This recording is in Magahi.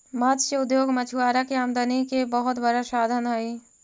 मत्स्य उद्योग मछुआरा के आमदनी के बहुत बड़ा साधन हइ